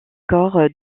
corps